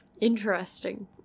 Interesting